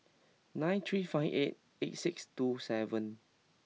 nine three five eight eight six two seven